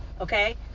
okay